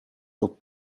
tot